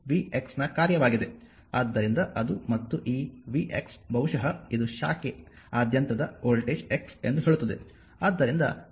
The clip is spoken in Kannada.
ಆದ್ದರಿಂದ ಅದು ಮತ್ತು ಈ vx ಬಹುಶಃ ಇದು ಶಾಖೆ ಆದ್ಯಂತದ ವೋಲ್ಟೇಜ್ x ಎಂದು ಹೇಳುತ್ತದೆ